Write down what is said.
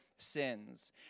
Sins